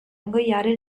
ingoiare